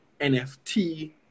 nft